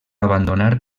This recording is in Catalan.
abandonar